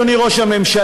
אדוני ראש הממשלה,